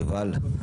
יובל,